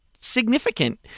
significant